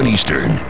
Eastern